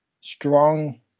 strong